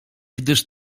gdyż